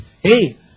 hey